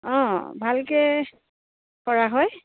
অঁ ভালকৈ কৰা হয়